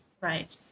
Right